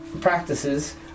practices